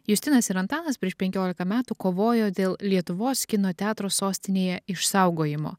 justinas ir antanas prieš penkiolika metų kovojo dėl lietuvos kino teatro sostinėje išsaugojimo